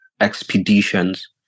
expeditions